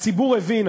הציבור הבין,